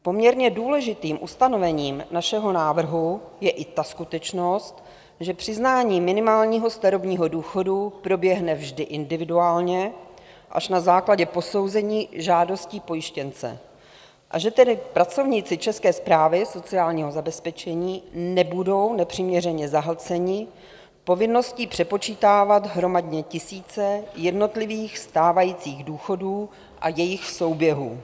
Poměrně důležitým ustanovením našeho návrhu je i ta skutečnost, že přiznání minimálního starobního důchodu proběhne vždy individuálně až na základě posouzení žádosti pojištěnce, a že tedy pracovníci České správy sociálního zabezpečení nebudou nepřiměřeně zahlceni povinností přepočítávat hromadně tisíce jednotlivých stávajících důchodů a jejich souběhů.